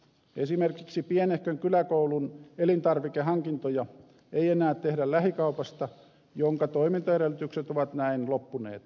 esimerkiksi pienehkön kyläkoulun elintarvikehankintoja ei enää tehdä lähikaupasta jonka toimintaedellytykset ovat näin loppuneet